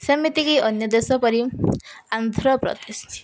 ସେମିତିକି ଅନ୍ୟ ଦେଶ ପରି ଆନ୍ଧ୍ରପ୍ରଦେଶ ଅଛି